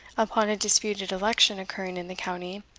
upon a disputed election occurring in the county,